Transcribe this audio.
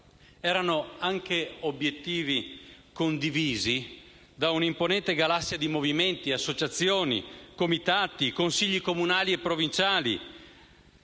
Erano anche obiettivi condivisi da una imponente galassia di movimenti, associazioni, comitati, consigli comunali e provinciali,